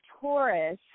Taurus